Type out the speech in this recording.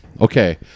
Okay